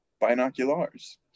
binoculars